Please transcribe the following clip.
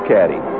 Caddy